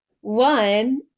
One